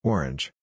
Orange